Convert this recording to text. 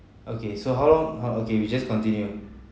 okay so how long uh okay we just continue